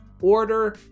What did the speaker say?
order